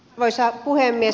arvoisa puhemies